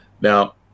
Now